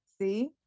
See